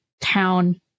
town